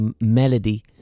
melody